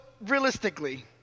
realistically